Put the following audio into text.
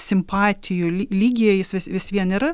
simpatijų ly lygyje jis vis visvien yra